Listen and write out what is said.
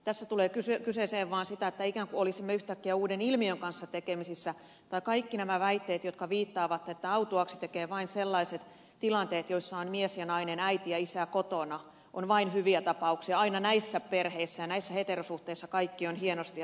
tässä tulee kyseeseen vaan se ikään kuin olisimme yhtäkkiä uuden ilmiön kanssa tekemisissä kaikki nämä väitteet jotka viittaavat siihen että autuaaksi tekevät vain sellaiset tilanteet joissa on mies ja nainen äiti ja isä kotona ne vain ovat hyviä tapauksia aina näissä perheissä ja näissä heterosuhteissa kaikki on hienosti ja hyvin